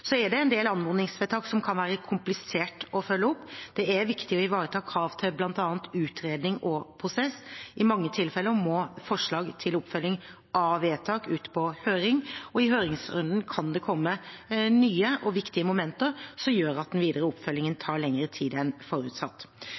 så raskt som mulig. En del anmodningsvedtak kan være kompliserte å følge opp. Det er viktig å ivareta krav til blant annet utredning og prosess. I mange tilfeller må forslag til oppfølging av vedtak ut på høring, og i høringsrunden kan det komme nye og viktige momenter som gjør at den videre oppfølgingen tar lengre tid enn forutsatt.